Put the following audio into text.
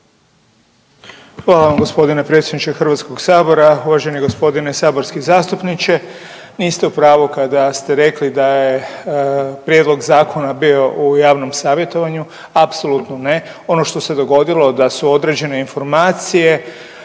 Hvala vam gospodine predsjedniče Hrvatskog sabora, uvaženi gospodine saborski zastupniče. Niste u pravu kada ste rekli da je prijedlog zakona bio u javnom savjetovanju. Apsolutno ne. Ono što se dogodilo da su određene informacije